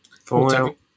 Fallout